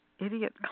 idiot